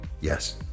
Yes